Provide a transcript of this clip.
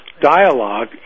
dialogue